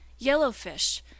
yellowfish